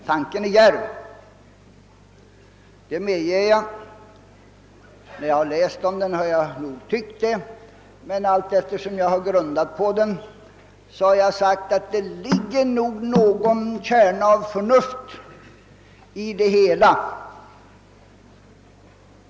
Tanken är djärv, det medger jag. När jag har läst om detta system har jag också tyckt det, men allteftersom jag har funderat på tanken har jag kommit fram till den uppfattningen att det nog ligger någon kärna av förnuft i det hela.